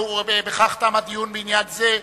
בכך תם הדיון בעניין זה.